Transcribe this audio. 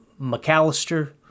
McAllister